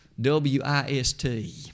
W-I-S-T